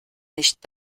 nicht